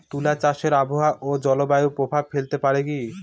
তুলা চাষে আবহাওয়া ও জলবায়ু প্রভাব ফেলতে পারে কি?